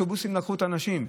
והאוטובוסים לקחו את האנשים.